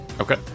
okay